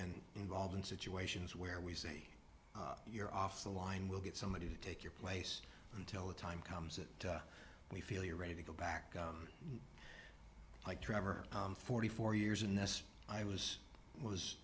been involved in situations where we say you're off the line we'll get somebody to take your place until the time comes that we feel you're ready to go back like trevor i'm forty four years and this i was was